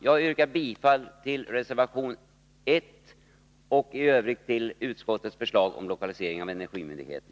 Jag yrkar bifall till reservation 1 och i övrigt till utskottets förslag om lokalisering av energimyndigheten.